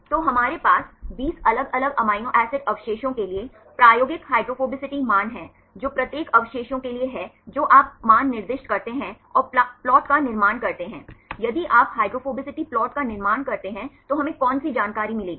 तो हमारे पास 20 अलग अलग अमीनो एसिड अवशेषों के लिए प्रायोगिक हाइड्रोफोबिसिटी मान हैं जो प्रत्येक अवशेषों के लिए हैं जो आप मान निर्दिष्ट करते हैं और प्लाट का निर्माण करते हैं यदि आप हाइड्रोफोबिसिटी प्लाट का निर्माण करते हैं तो हमें कौन सी जानकारी मिलेगी